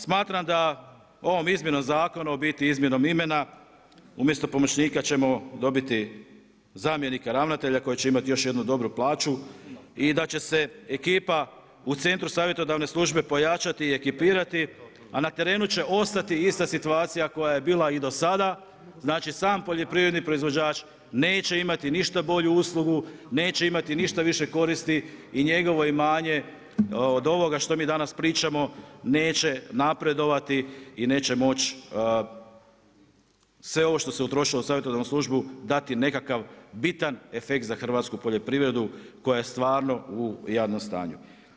Smatram da ovom izmjenom zakona, u biti izmjenom imena, umjesto pomoćnika ćemo dobiti zamjenika ravnatelja koji će imat još jednu dobru plaću i da će se ekipa u centru savjetodavne službe pojačati i ekipirati a na terenu će ostati ista situacija koja je bila i do sada, znači sam poljoprivredni proizvođač neće imati ništa bolju uslugu, neće imati ništa više koristi i njegovo imanje od ovoga što mi danas pričamo, neće napredovati i neće moć sve ovo što se utrošilo u savjetodavnu službu dati nekakav bitan efekt za hrvatsku poljoprivredu koja je stvarno u jadnom stanju.